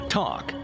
talk